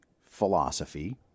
philosophy